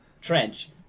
trench